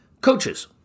Coaches